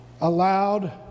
Allowed